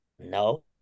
no